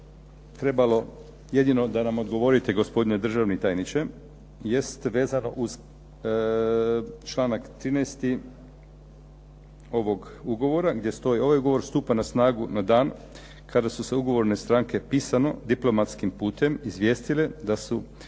trebalo jedino da nam odgovorite, gospodine državni tajniče, jest vezano uz članak 13. ovog ugovora gdje stoji ovaj ugovor stupa na snagu na dan kada su se ugovorne stranke pisano diplomatskim putem izvijestile da su